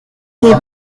les